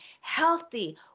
healthy